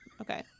okay